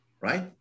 right